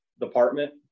department